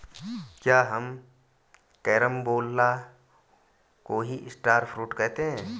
क्या हम कैरम्बोला को ही स्टार फ्रूट कहते हैं?